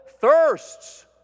thirsts